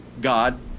God